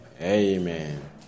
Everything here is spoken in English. Amen